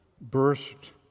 burst